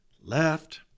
left